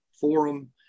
forum